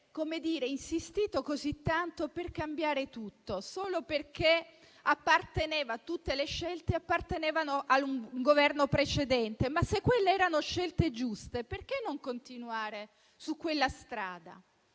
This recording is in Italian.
avete insistito così tanto per cambiare tutto, solo perché tutte le scelte appartenevano a un Governo precedente. Ma se quelle erano scelte giuste, perché non continuare su quella strada?